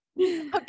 Okay